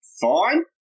fine